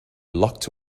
locked